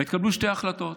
התקבלו שתי החלטות.